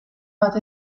bat